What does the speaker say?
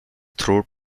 throat